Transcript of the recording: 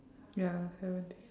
ya seventeen